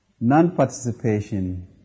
non-participation